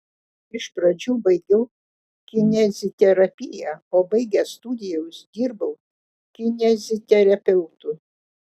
iš pradžių baigiau kineziterapiją o baigęs studijas dirbau kineziterapeutu